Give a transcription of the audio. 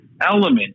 element